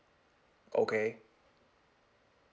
okay